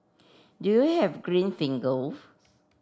do you have green fingers